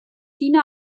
china